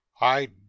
I